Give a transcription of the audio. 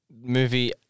Movie